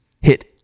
hit